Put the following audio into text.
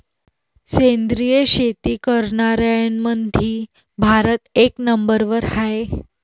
सेंद्रिय शेती करनाऱ्याईमंधी भारत एक नंबरवर हाय